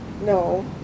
No